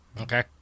Okay